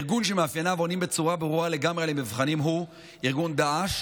הארגון שמאפייניו עונים בצורה ברורה לגמרי על המבחנים הוא ארגון דאעש,